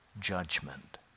judgment